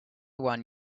one